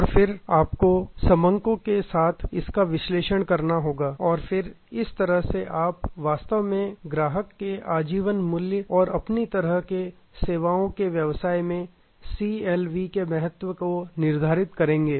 और फिर आपको समंको के साथ इसका विश्लेषण करना होगा और फिर इस तरह से आप वास्तव में ग्राहक के आजीवन मूल्य और अपनी तरह के सेवाओं के व्यवसाय में सीएलवी के महत्व को निर्धारित करेंगे